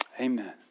Amen